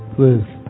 Please